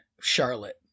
Charlotte